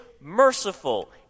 merciful